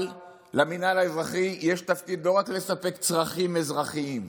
אבל למינהל האזרחי יש תפקיד לא רק לספק צרכים אזרחיים.